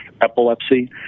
epilepsy